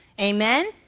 Amen